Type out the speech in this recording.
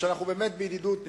ואנחנו באמת בידידות,